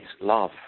love